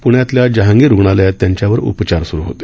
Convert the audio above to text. प्ण्यातल्या जहांगीर रुग्णालयात त्यांच्यावर उपचार सुरु होते